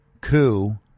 coup